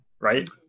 right